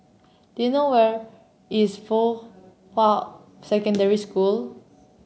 do you know where is Fuhua Secondary School